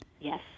Yes